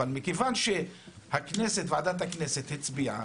אבל מכיוון שוועדת הכנסת הצביעה,